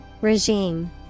Regime